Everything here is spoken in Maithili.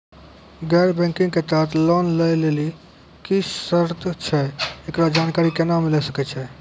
गैर बैंकिंग के तहत लोन लए लेली की सर्त छै, एकरो जानकारी केना मिले सकय छै?